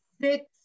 six